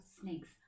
snakes